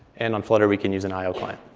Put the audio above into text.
and on flutter, we can use an io client.